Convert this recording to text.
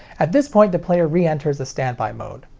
at this point the player re-enters a standby mode.